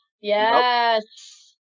Yes